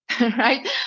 right